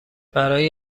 برای